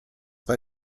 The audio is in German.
bei